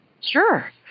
Sure